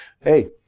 Hey